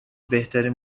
بهترین